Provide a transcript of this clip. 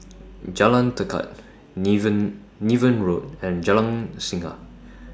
Jalan Tekad Niven Niven Road and Jalan Singa